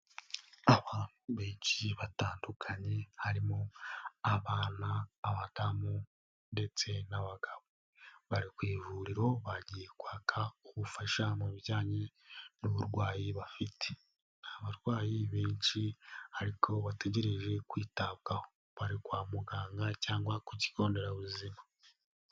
Abantu benshi batandukanye, harimo abana, abadamu ndetse n'abagabo. Bari ku ivuriro, bagiye kwaka ubufasha mu bijyanye n'uburwayi bafite. Ni abarwayi benshi, ariko bategereje kwitabwaho. Bari kwa muganga, cyangwa ku kigo nderabuzima.